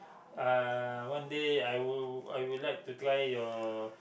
uh one day I will I will like to try your